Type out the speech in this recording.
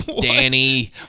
Danny